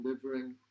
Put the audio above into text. delivering